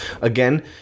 Again